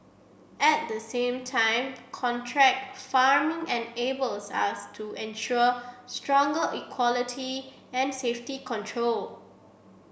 at the same time contract farming enables us to ensure stronger quality and safety control